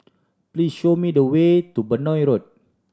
please show me the way to Benoi Road